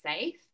safe